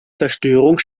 zerstörung